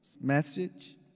message